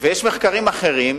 ויש מחקרים אחרים,